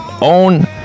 own